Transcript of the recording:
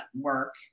work